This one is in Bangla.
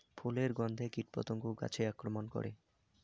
ফুলের গণ্ধে কীটপতঙ্গ গাছে আক্রমণ করে?